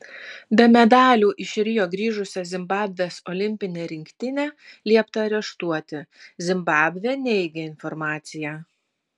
be medalių iš rio grįžusią zimbabvės olimpinę rinktinę liepta areštuoti zimbabvė neigia informaciją